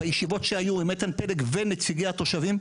בישיבות שהיו עם איתן פלג ועם נציגי התושבים,